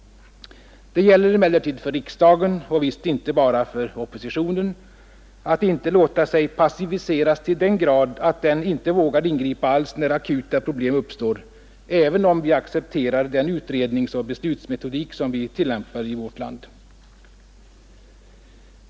Det gäller emellertid för riksdagen — och visst inte bara för oppositionen — att inte låta sig passiviseras till den grad att den inte vågar ingripa alls när akuta problem uppstår — även om vi accepterar den utredningsoch beslutsmetodik som vi tillämpar i vårt land.